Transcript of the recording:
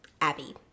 Abby